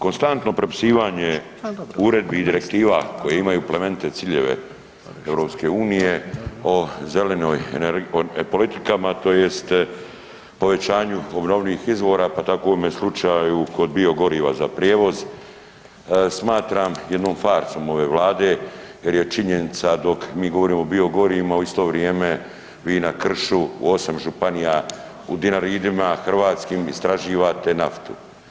Konstantno prepisivanje uredbi i direktiva koje imaju plemenite ciljeve EU, o zelenoj energiji, politikama tj. povećanju obnovljivih izvora, pa tako u ovome slučaju kod biogoriva za prijevoz, smatram jednom farsom ove Vlade jer je činjenica dok mi govorimo o biogorivima u isto vrijeme vi na kršu u 8 županija u Dinaridima hrvatskim istraživate naftu.